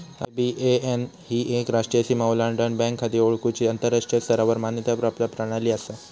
IBAN ही एक राष्ट्रीय सीमा ओलांडान बँक खाती ओळखुची आंतराष्ट्रीय स्तरावर मान्यता प्राप्त प्रणाली असा